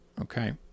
Okay